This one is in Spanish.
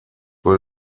por